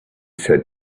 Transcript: said